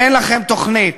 אין לכם תוכנית.